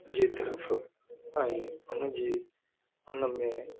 जे तरफ ऐं हुनजी उनमें